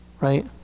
Right